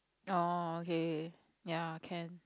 oh okay ya can